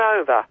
over